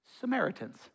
Samaritans